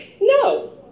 No